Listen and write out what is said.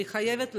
והיא חייבת לעבוד,